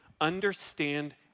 understand